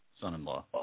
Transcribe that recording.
son-in-law